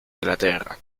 inglaterra